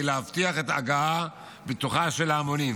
להבטיח את ההגעה הבטוחה של ההמונים.